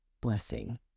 blessing